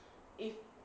if